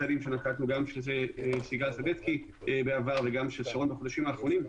צעדים שנקטנו גם סיגל סדצקי בעבר וגם של שרון בחודשים האחרונים,